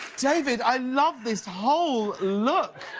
david, i love this whole look!